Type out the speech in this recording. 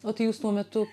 o tai jūs tuo metu